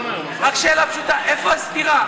שאלה, רק שאלה פשוטה: איפה הסתירה?